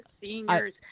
seniors